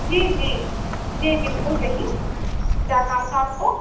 جی جی جی بالکل کہیے کیا کام تھا آپ کو